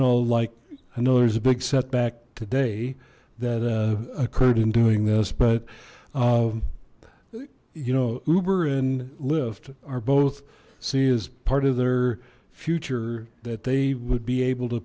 know like i know there's a big setback today that occurred in doing this but you know uber and lyft are both see as part of their future that they would be able to